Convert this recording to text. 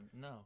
no